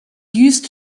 used